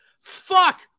Fuck